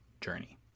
journey